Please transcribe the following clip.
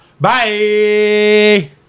Bye